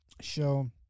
show